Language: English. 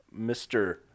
Mr